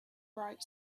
bright